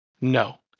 No